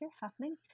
happening